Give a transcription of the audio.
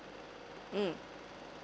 mm